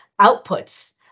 outputs